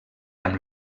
amb